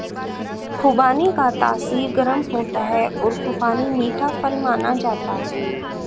खुबानी का तासीर गर्म होता है और खुबानी मीठा फल माना जाता है